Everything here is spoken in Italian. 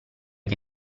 che